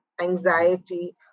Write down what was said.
anxiety